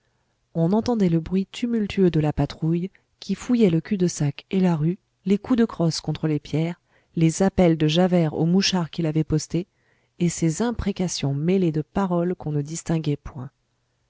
on entendait le bruit tumultueux de la patrouille qui fouillait le cul-de-sac et la rue les coups de crosse contre les pierres les appels de javert aux mouchards qu'il avait postés et ses imprécations mêlées de paroles qu'on ne distinguait point